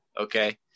okay